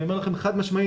אני אומר לכם חד משמעית,